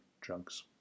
drugs